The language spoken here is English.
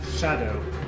shadow